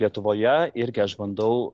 lietuvoje irgi aš bandau